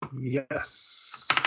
Yes